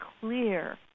clear